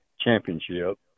championship